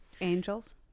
Angels